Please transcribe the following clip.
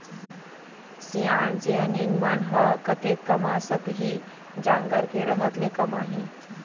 सियान सियनहिन मन ह कतेक कमा सकही, जांगर के रहत ले कमाही